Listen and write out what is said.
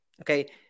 Okay